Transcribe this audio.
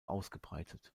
ausgebreitet